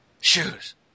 shoes